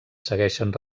segueixen